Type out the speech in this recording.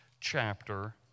chapter